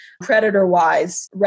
predator-wise